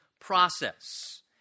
process